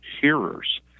hearers